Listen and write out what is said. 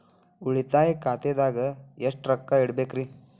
ಉಳಿತಾಯ ಖಾತೆದಾಗ ಎಷ್ಟ ರೊಕ್ಕ ಇಡಬೇಕ್ರಿ?